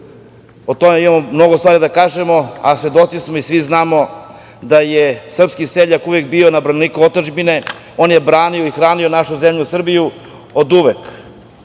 o tome imamo mnogo stvari da kažemo, a svedoci smo i svi znamo da je srpski seljak uvek bio na braniku otadžbine, on je branio i hranio našu zemlju Srbiju oduvek. Tako